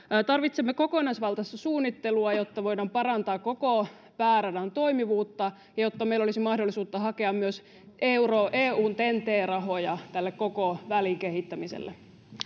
tarvitsemme kokonaisvaltaista suunnittelua jotta voidaan parantaa koko pääradan toimivuutta ja jotta meillä olisi mahdollisuus hakea myös eun ten t rahoja koko välin kehittämiselle